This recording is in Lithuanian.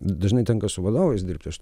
dažnai tenka su vadovais dirbti aš